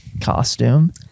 costume